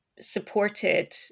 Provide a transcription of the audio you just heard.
supported